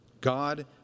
God